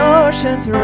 oceans